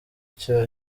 cya